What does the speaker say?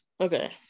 Okay